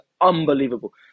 unbelievable